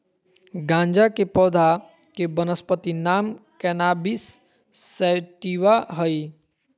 गाँजा के पौधा के वानस्पति नाम कैनाबिस सैटिवा हइ